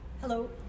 Hello